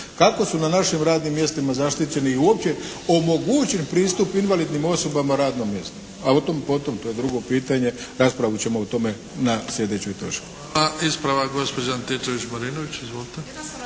kako su na našim radnim mjestima zaštićeni i uopće omogućen pristup invalidnim osobama radnom mjestu. A otom potom, to je drugo pitanje, raspravu ćemo o tome na sljedećoj točki.